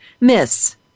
miss